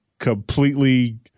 Completely